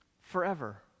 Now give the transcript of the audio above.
forever